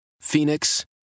Phoenix